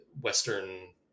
Western